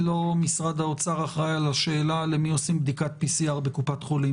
לא משרד האוצר אחראי על השאלה למי עושים בדיקת PCR בקופת חולים,